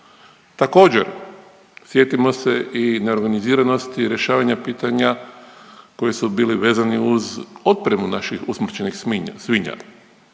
Također sjetimo se i neorganiziranosti rješavanja pitanja koji su bili vezani uz opremu naših usmrćenih svinja.